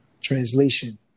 translation